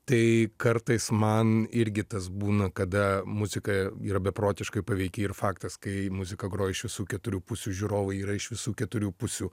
tai kartais man irgi tas būna kada muzika yra beprotiškai paveiki ir faktas kai muziką groja iš visų keturių pusių žiūrovai yra iš visų keturių pusių